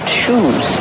shoes